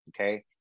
Okay